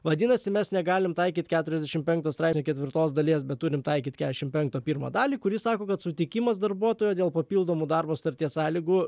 vadinasi mes negalim taikyti keturiasdešim penkto straipsnio ketvirtos dalies bet turim taikyt kešim penkto pirmą dalį kuri sako kad sutikimas darbuotojo dėl papildomų darbo sutarties sąlygų